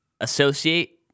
associate